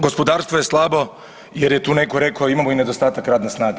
Gospodarstvo je slabo jer je tu neko rekao, a i imamo nedostatak radne snage.